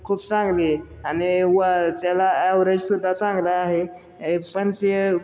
खूप चांगली आहे आणि व त्याला ॲवरेजसुद्धा चांगला आहे पण ते